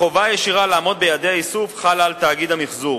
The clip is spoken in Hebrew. החובה הישירה לעמוד ביעדי האיסוף חלה על תאגיד המיחזור